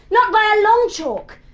not by a long chalk!